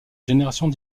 générations